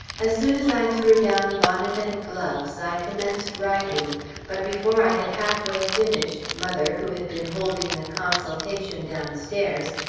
as soon as i threw down bonnet and gloves, i commenced writing but before i had halfway finished, mother, who had been holding a consultation downstairs,